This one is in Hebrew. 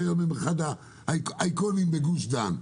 שהיום הם אחד האייקונים בגוש דן.